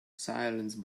silence